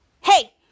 hey